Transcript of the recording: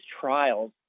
trials